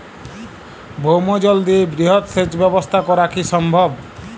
ভৌমজল দিয়ে বৃহৎ সেচ ব্যবস্থা করা কি সম্ভব?